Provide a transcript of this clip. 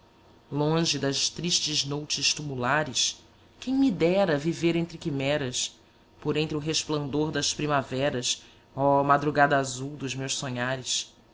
longe das tristes noutes tumulares quem me dera viver entre quimeras por entre o resplandor das primaveras oh madrugada azul dos meus sonhares